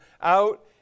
out